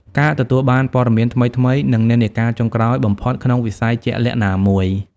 ការទទួលបានព័ត៌មានថ្មីៗ និងនិន្នាការចុងក្រោយបំផុតក្នុងវិស័យជាក់លាក់ណាមួយ។